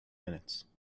minutes